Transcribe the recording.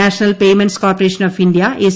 national payments corporation of India S